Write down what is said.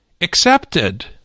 accepted